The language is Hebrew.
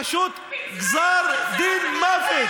מצרים, פשוט גזר דין מוות.